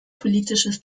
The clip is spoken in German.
politisches